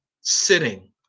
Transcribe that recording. sitting